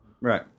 Right